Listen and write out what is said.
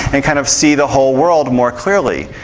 and kind of see the whole world more clearly,